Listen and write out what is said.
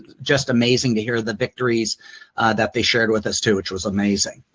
just amazing to hear the victories that they shared with us too which was amazing.